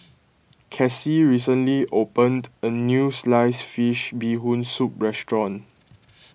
Casie recently opened a new Sliced Fish Bee Hoon Soup restaurant